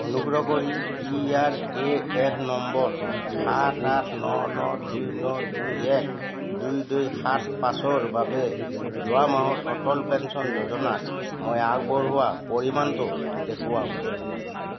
অনুগ্ৰহ কৰি P R A N number সাত আঠ ন ন দুই ন দুই এক দুই দুই সাত পাঁচৰ বাবে যোৱা মাহত অটল পেঞ্চন যোজনাত মই আগবঢ়োৱা পৰিমাণটো দেখুৱাওক